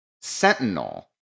sentinel